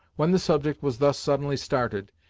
when the subject was thus suddenly started,